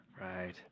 Right